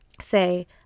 say